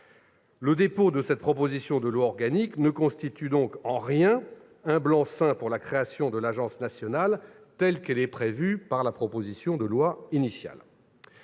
Le dépôt de cette proposition de loi organique ne constitue donc en rien un blanc-seing pour la création de l'agence nationale telle qu'elle est prévue par la proposition de loi initiale.